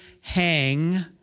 hang